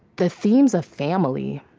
the themes of family.